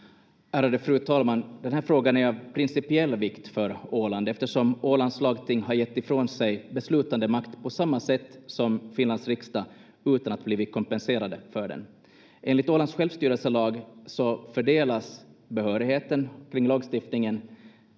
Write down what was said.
Ärade fru talman! Den här frågan är av principiell vikt för Åland eftersom Ålands lagting har gett ifrån sig beslutandemakt på samma sätt som Finlands riksdag utan att ha blivit kompenserat för den. Enligt Ålands självstyrelselag fördelas behörigheten kring lagstiftningen